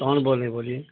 کون بول رہے بولیے